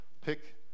Pick